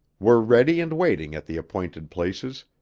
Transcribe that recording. were ready and waiting at the appointed places,